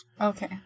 Okay